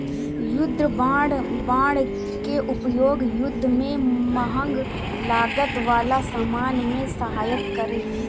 युद्ध बांड के उपयोग युद्ध में महंग लागत वाला सामान में सहायता करे